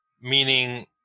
meaning